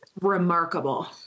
Remarkable